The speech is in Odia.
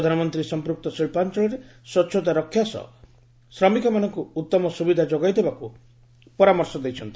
ପ୍ରଧାନମନ୍ତ୍ରୀ ସମ୍ପୃକ୍ତ ଶିଳ୍ପାଞ୍ଚଳରେ ସ୍ପଚ୍ଛତା ରକ୍ଷା ସହ ଶ୍ରମିକମାନଙ୍କୁ ଉତ୍ତମ ସୁବିଧା ଯୋଗାଇଦେବାକୁ ପରାମର୍ଶ ଦେଇଛନ୍ତି